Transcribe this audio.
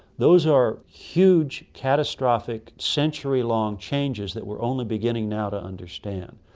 those are huge, catastrophic, century-long changes that we're only beginning now to understand.